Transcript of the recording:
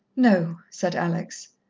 no, said alex.